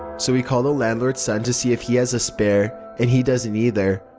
so we call the landlords son to see if he has a spare, and he doesn't either.